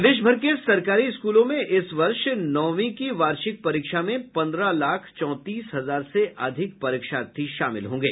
प्रदेश के सरकारी स्कूलों में इस वर्ष नौवीं की वार्षिक परीक्षा में पन्द्रह लाख चौंतीस हजार से अधिक परीक्षार्थी शामिल होंगे